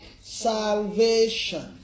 salvation